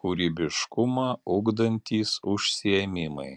kūrybiškumą ugdantys užsiėmimai